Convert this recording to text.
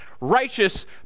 Righteous